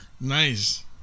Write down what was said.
Nice